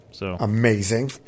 Amazing